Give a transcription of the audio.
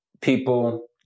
people